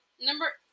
Number